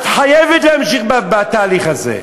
את חייבת להמשיך בתהליך הזה,